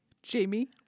Jamie